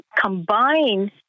combine